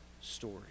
story